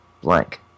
blank